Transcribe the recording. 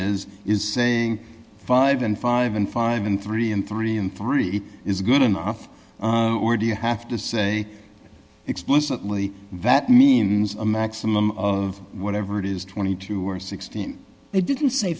is is saying five and five and five and three and three and three is good enough or do you have to say explicitly that means a maximum of whatever it is twenty two dollars or sixteen they didn't say